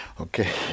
Okay